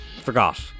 forgot